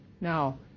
now